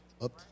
up